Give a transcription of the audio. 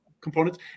components